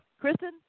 Kristen